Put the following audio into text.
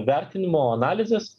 vertinimo analizės